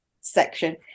section